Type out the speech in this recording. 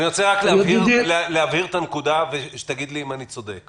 אני רוצה להבהיר את הנקודה, תגיד לי אם אני צודק.